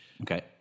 Okay